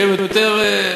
שהם יותר,